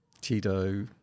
Tito